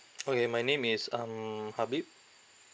okay my name is um habib